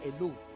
alone